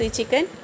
Chicken